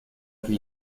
que